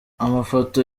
amafoto